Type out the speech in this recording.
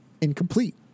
incomplete